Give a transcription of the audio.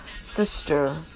sister